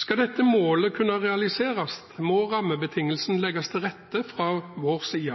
Skal dette målet kunne realiseres, må rammebetingelsene legges til